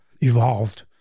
evolved